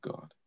God